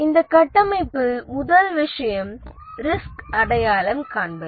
இந்த கட்டமைப்பில் முதல் விஷயம் ரிஸ்க் அடையாளம் காண்பது